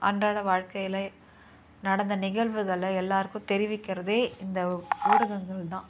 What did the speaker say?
அன்றாட வாழ்க்கையில நடந்த நிகழ்வுகள எல்லாருக்கும் தெரிவிக்கிறதே இந்த ஊடகங்கள் தான்